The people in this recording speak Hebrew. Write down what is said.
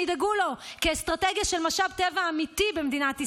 ידאגו לו כאסטרטגיה של משאב טבע אמיתי במדינת ישראל.